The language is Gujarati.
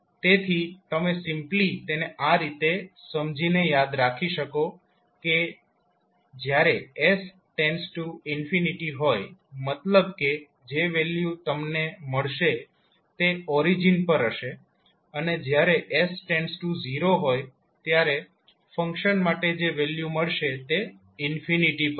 તેથી તમે સિમ્પ્લી તેને આ રીતે સમજીને યાદ રાખી શકો કે જ્યારે s હોય મતલબ કે જે વેલ્યુ તમને મળશે તે ઓરિજીન પર હશે અને જ્યારે s0 હોય ત્યારે ફંક્શન માટે જે વેલ્યુ મળશે તે પર હશે